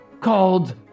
called